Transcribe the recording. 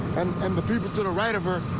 and and the people to the right of her.